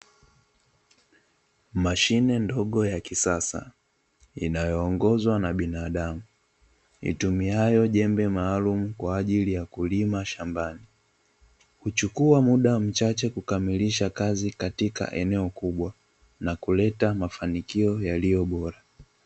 Mashine ndogo ya kisasa inayoongozwa na binadamu, itumiayo jembe maalumu kwa ajili ya kulima shambani. Huchukua muda mchache kukamilisha kazi katika eneo kubwa na kuleta mafanikio yaliyo bora.